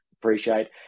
appreciate